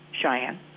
cheyenne